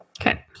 Okay